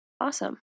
Awesome